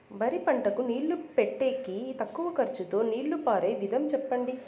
వరి పంటకు నీళ్లు పెట్టేకి తక్కువ ఖర్చుతో నీళ్లు పారే విధం చెప్పండి?